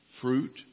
fruit